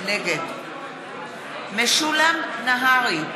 נגד משולם נהרי,